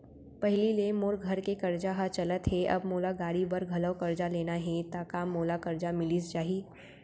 पहिली ले मोर घर के करजा ह चलत हे, अब मोला गाड़ी बर घलव करजा लेना हे ता का मोला करजा मिलिस जाही?